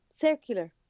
circular